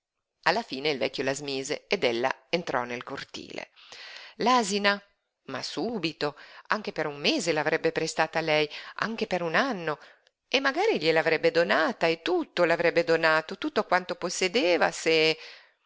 alla fine il vecchio la smise ed ella entrò nel cortile l'asina ma subito anche per un mese l'avrebbe prestata a lei anche per un anno e magari gliel'avrebbe donata e tutto le avrebbe donato tutto quanto possedeva se